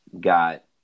got